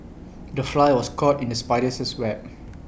the fly was caught in the spider's web